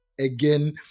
again